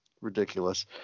Ridiculous